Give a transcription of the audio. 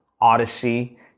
Odyssey